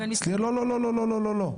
לא, לא, לא.